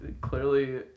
Clearly